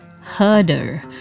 herder